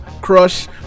crush